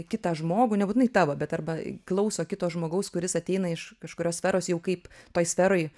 kitą žmogų ne būtinai tavo bet arba klauso kito žmogaus kuris ateina iš kažkurios sferos jau kaip toj sferoj